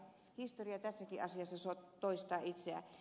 historia tässäkin asiassa toistaa itseään